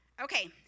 Okay